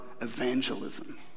evangelism